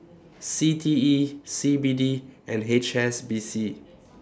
C T E C B D and H S B C